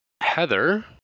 Heather